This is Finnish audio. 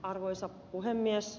arvoisa puhemies